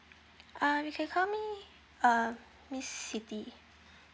uh you can call me uh miss siti